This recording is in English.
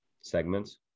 segments